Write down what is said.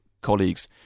colleagues